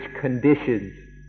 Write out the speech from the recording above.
conditions